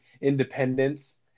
independence